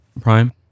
Prime